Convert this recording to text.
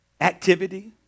activity